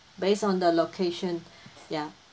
based on the location ya